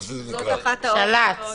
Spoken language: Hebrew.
של"צ